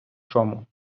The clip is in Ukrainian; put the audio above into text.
чому